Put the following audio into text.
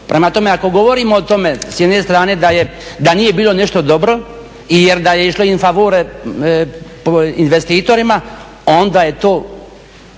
Prema tome ako govorimo o tome s jedne strane da nije bilo nešto dobro ili da je išlo in favore po investitorima, onda je to